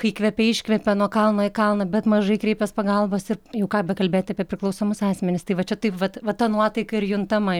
įkvepia iškvepia nuo kalno į kalną bet mažai kreipias pagalbos ir jau ką bekalbėt apie priklausomus asmenis tai va čia taip vat va ta nuotaika ir juntama